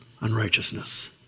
unrighteousness